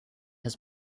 has